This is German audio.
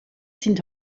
sind